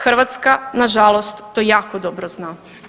Hrvatska nažalost to jako dobro zna.